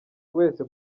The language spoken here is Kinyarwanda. wese